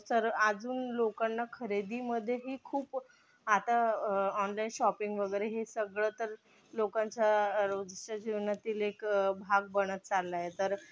तर अजून लोकांना खरेदीमध्येही खूप आता ऑनलाईन शॉपिंग वगैरे हे सगळं तर लोकांच्या रोजच्या जीवनातील एक भाग बनत चाललाय तर